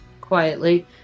quietly